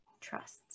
trusts